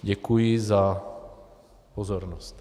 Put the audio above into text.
Děkuji za pozornost.